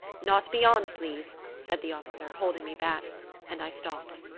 not beyond, please, said the officer, holding me back and i stopped.